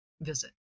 visit